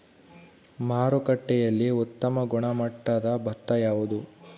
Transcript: ಮಾರುಕಟ್ಟೆಯಲ್ಲಿ ಉತ್ತಮ ಗುಣಮಟ್ಟದ ಭತ್ತ ಯಾವುದು?